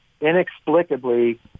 inexplicably